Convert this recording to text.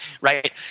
right